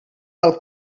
del